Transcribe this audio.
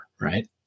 right